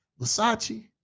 Versace